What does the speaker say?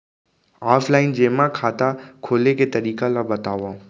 Offline जेमा खाता खोले के तरीका ल बतावव?